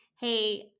hey